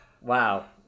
wow